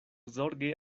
zorge